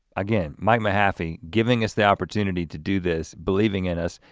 again, mike mahaffey, giving us the opportunity to do this believing in us,